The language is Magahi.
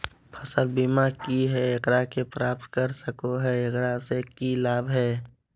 फसल बीमा की है, एकरा के प्राप्त कर सको है, एकरा से की लाभ है?